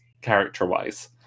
character-wise